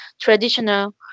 traditional